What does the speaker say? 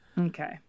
Okay